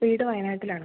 വീട് വയനാട്ടിലാണ്